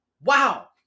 Wow